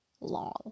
long